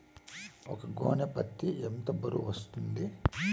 ఒక గోనె పత్తి ఎంత బరువు వస్తుంది?